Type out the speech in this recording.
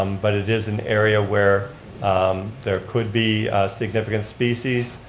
um but it is an area where there could be significant species